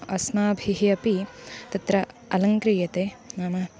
अस्माभिः अपि तत्र अलङ्क्रियते नाम